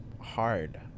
hard